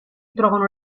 trovano